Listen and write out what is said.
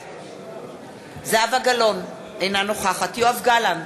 בעד זהבה גלאון, אינה נוכחת יואב גלנט,